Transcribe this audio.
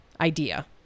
idea